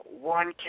one